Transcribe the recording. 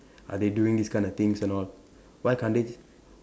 are they doing these kind of things and all why can't they